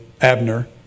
Abner